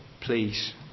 please